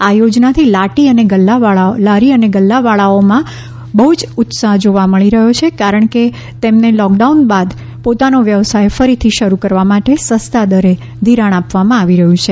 આ યોજનાથી લાટી અને ગલ્લાવાળાઓમાં બહ્ જ ઉત્સાહ્ જોવા મળી રહ્યો છે કારણ કે તેમને લૉકડાઉન બાદ પોતાનો વ્યવસાય ફરીથી શરૂ કરવા માટે સસ્તા દરે ધિરાણ આપવામાં આવી રહ્યું છે